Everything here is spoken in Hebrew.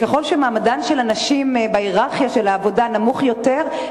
ככל שמעמדן של הנשים בהייררכיה של העבודה נמוך יותר,